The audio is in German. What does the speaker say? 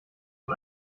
von